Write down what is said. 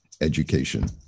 education